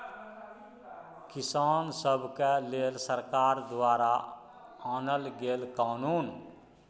किसान सभक लेल सरकार द्वारा आनल गेल कानुन